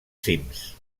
cims